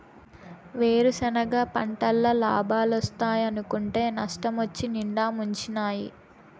వేరుసెనగ పంటల్ల లాబాలోస్తాయనుకుంటే నష్టమొచ్చి నిండా ముంచినాయి